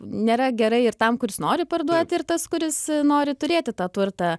nėra gerai ir tam kuris nori parduoti ir tas kuris nori turėti tą turtą